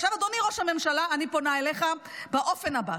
עכשיו אדוני ראש הממשלה, אני פונה אליך באופן הבא.